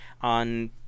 on